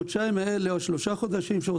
בחודשיים או שלושה חודשים,